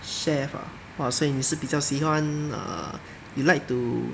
chef ah !wah! 所以你是比较喜欢 err you like to